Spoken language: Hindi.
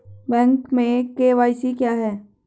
बैंक में के.वाई.सी क्या है?